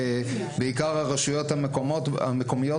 בעיקר הרשויות המקומיות,